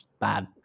bad